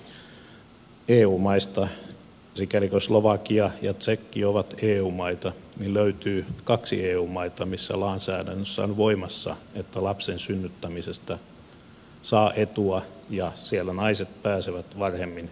mutta eu maista sikäli kun slovakia ja tsekki ovat eu maita löytyy kaksi eu maata missä lainsäädännössä on voimassa että lapsen synnyttämisestä saa etua ja siellä naiset pääsevät varhemmin eläkkeelle